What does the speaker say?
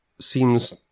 seems